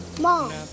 Mom